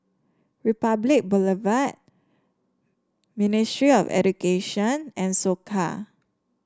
Republic Boulevard Ministry of Education and Soka